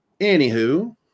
Anywho